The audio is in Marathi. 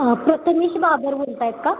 प्रतमेश बाबर बोलत आहेत का